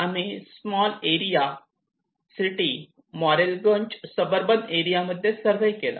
आम्ही small area city Morrelganj suburban area मध्ये survey केला